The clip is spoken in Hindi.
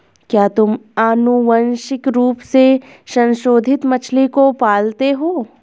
क्या तुम आनुवंशिक रूप से संशोधित मछली को पालते हो?